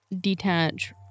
detach